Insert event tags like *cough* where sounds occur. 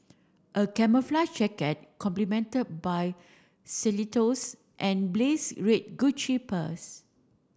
a camouflage jacket complemented by *unintelligible* and blaze red Gucci purse